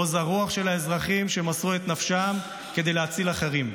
עוז הרוח של האזרחים שמסרו את נפשם כדי להציל אחרים,